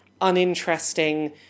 uninteresting